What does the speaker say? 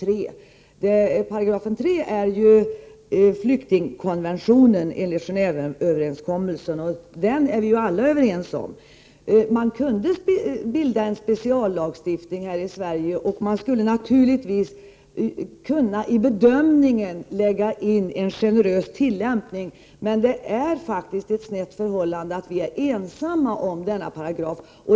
3 § är ju enligt Gen&veöverenskommelsen flyktingkonventionen, och den är vi alla överens om. Man skulle emellertid kunna stifta en speciallag i Sverige och vid bedömningen ha en generös tillämpning. Men det är faktiskt ett snett förhållande att Sverige är ensamt om denna paragraf.